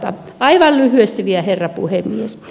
aivan lyhyesti vielä herra puhemies